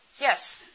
Yes